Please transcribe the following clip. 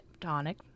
tonic